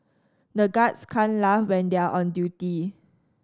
the guards can laugh when they are on duty